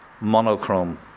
monochrome